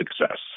success